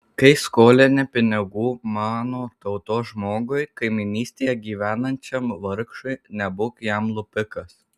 kai skolini pinigų mano tautos žmogui kaimynystėje gyvenančiam vargšui nebūk jam lupikas